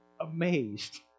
Amazed